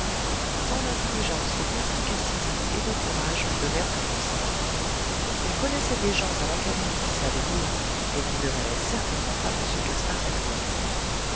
tant d'intelligence de perspicacité et de courage lui donnèrent à penser il connaissait des gens à l'académie qui savaient lire et qui ne valaient certainement pas m gaspard lalouette